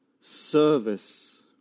service